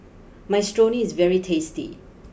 Minestrone is very tasty